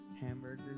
hamburgers